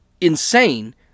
insane